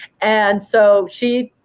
and so she,